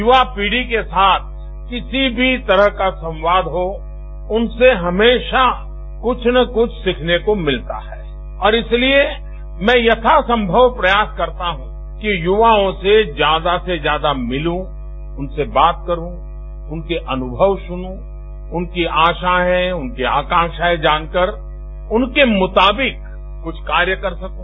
युवा पीढ़ी के साथ किसी भी तरह का संवाद हो उनसे हमेशा कुछ न कुछ सीखने को मिलता है और इसलिए मैं यथासंभव प्रयास करता हूं कि युवाओं से ज्यादा से ज्यादा मिलूं उनसे बात करूं उनके अनुभव सुनू उनकी आशाए उनकी आकांक्षाए जानकर उनके मुताबिक कुछ कार्य कर सकू